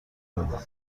دادم